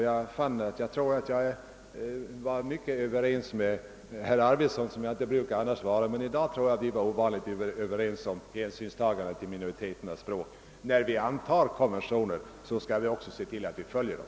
Jag brukar inte annars vara Överens med herr Arvidson, men jag tror att vi i dag var ovanligt ense om vikten av hänsynstagande till minoriteternas språk. När vi antar konventioner skall vi också se till att vi följer dem.